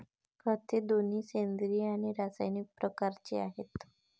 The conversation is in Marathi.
खते दोन्ही सेंद्रिय आणि रासायनिक प्रकारचे आहेत